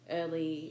early